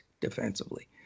defensively